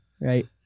right